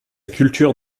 culture